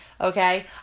Okay